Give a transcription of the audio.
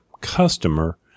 customer